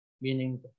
meaning